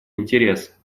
интерес